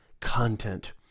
content